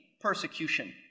Persecution